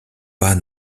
pas